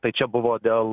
tai čia buvo dėl